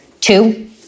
Two